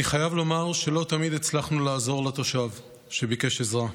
אני חייב לומר שלא תמיד הצלחנו לעזור לתושב שביקש עזרה,